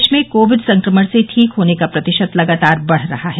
देश में कोविड संक्रमण से ठीक होने का प्रतिशत लगातार बढ़ रहा है